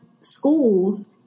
schools